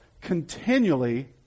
continually